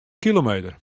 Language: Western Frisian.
kilometer